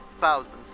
thousands